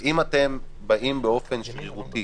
אם אתם באים באופן שרירותי